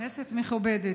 כנסת מכובדת,